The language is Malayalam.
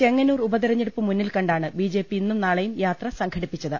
ചെങ്ങന്നൂർ ഉപതെരഞ്ഞെടുപ്പ് മുന്നിൽക്കണ്ടാണ് ബിജെപി ഇന്നും നാളെയും യാത്ര സംഘടിപ്പിച്ചത്